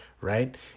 right